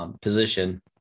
position